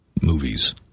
movies